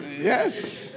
Yes